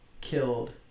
killed